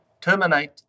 terminate